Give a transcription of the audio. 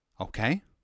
okay